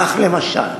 כך, למשל,